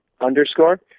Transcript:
underscore